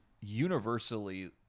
universally